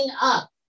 up